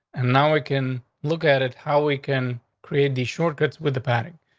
and now we can look at it how we can create the shortcuts with the pattern.